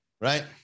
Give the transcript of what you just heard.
right